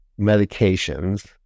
medications